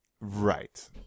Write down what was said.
Right